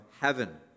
heaven